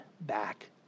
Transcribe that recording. back